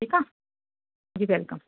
ठीकु आहे जी वेलकम